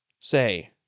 Say